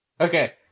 Okay